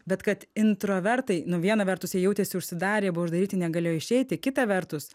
bet kad introvertai nu viena vertus jie jautėsi užsidarę jie buvo uždaryti negalėjo išeiti kita vertus